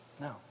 No